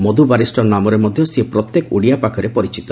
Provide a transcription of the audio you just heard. ମଧୁବାରିଷ୍ଟର ନାମରେ ମଧ୍ୟ ସିଏ ପ୍ରତ୍ୟେକ ଓଡ଼ିଆ ପାଖରେ ପରିଚିତ